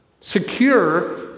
secure